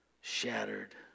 shattered